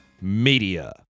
Media